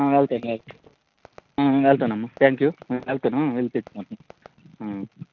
ఆ వెళ్తాను వెళ్తాను ఆ వెళ్తానమ్మా థ్యాంక్ యూ ఆ వెళ్తాను వెళ్లి తెచ్చుకుంటాను